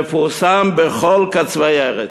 מפורסם בכל קצווי ארץ".